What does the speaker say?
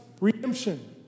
redemption